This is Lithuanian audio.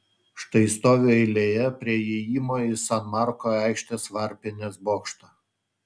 štai stoviu eilėje prie įėjimo į san marko aikštės varpinės bokštą